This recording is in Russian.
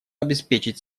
обеспечить